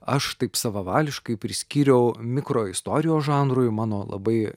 aš taip savavališkai priskyriau mikroistorijos žanrui mano labai